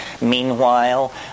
Meanwhile